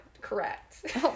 correct